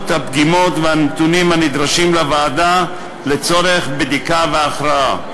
הפגימות והנתונים הנדרשים לוועדה לצורך בדיקה והכרעה.